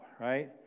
right